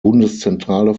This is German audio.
bundeszentrale